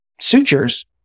sutures